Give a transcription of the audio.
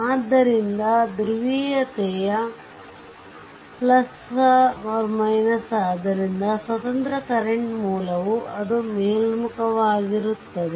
ಆದ್ದರಿಂದ ಧ್ರುವೀಯತೆ ಆದ್ದರಿಂದ ಸ್ವತಂತ್ರ ಕರೆಂಟ್ ಮೂಲವು ಅದು ಮೇಲ್ಮುಖವಾಗಿರುತ್ತದೆ